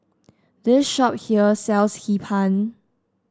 this shop here sells Hee Pan